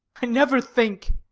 i never think.